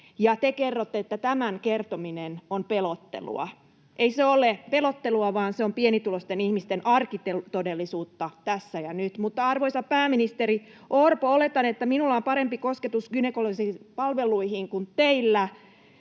te kerrotte, että tämän kertominen on pelottelua. Ei se ole pelottelua, vaan se on pienituloisten ihmisten arkitodellisuutta tässä ja nyt. Arvoisa pääministeri Orpo, oletan, että minulla on parempi kosketus gynekologisiin palveluihin kuin teillä,